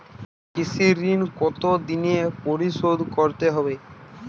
কৃষি ঋণ কতোদিনে পরিশোধ করতে হবে?